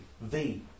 V-